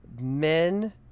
men